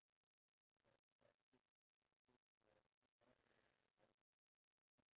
why don't you allow me to have a lynx in our house